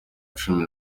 cumi